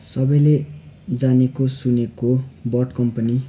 सबैले जानेको सुनेको बट कम्पनी